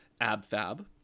Abfab